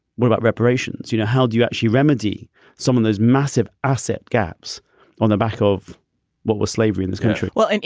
what about reparations? you know, how do you actually remedy some of those massive asset gaps on the back of what was slavery in this country? well, and